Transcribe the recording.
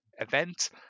event